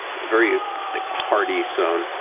very hardy stone,